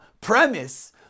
premise